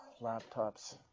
laptops